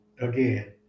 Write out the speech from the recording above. Again